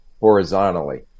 horizontally